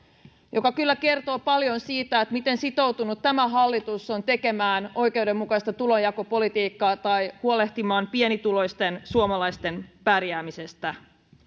mikä kyllä kertoo paljon siitä miten sitoutunut tämä hallitus on tekemään oikeudenmukaista tulonjakopolitiikkaa tai huolehtimaan pienituloisten suomalaisten pärjäämisestä